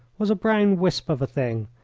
was a brown wisp of a thing,